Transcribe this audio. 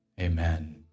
amen